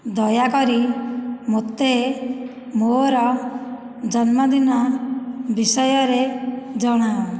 ଦୟାକରି ମୋତେ ମୋ'ର ଜନ୍ମଦିନ ବିଷୟରେ ଜଣାଅ